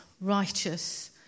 righteous